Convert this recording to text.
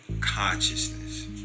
consciousness